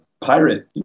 pirate